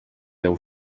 deu